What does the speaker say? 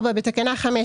בתקנה 5,